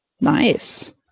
Nice